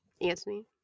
anthony